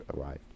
arrived